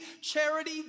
charity